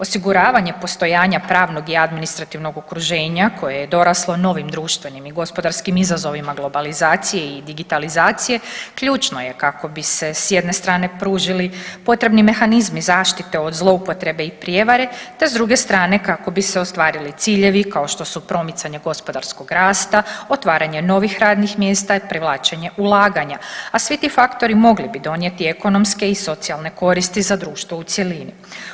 Osiguravanje postojanja pravnog i administrativnog okruženja koje je doraslo novim društvenim i gospodarskim izazovima globalizacije i digitalizacije ključno je kako bi se s jedne strane pružili potrebni mehanizmi zaštite od zloupotrebe i prijevare, te s druge strane kako bi se ostvarili ciljevi kao što su promicanje gospodarskog rasta, otvaranje novih radnih mjesta i privlačenje ulaganja, a svi ti faktori mogli bi donijeti ekonomske i socijalne koristi za društvo u cjelini.